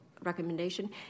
recommendation